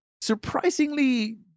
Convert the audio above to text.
surprisingly